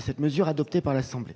C'est pourquoi l'article